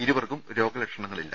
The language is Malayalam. ഇരുവർക്കും രോഗ ലക്ഷണങ്ങളില്ല